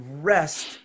rest